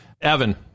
Evan